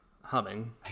humming